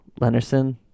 Lennerson